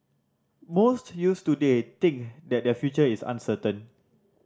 most youths today think that their future is uncertain